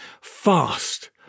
fast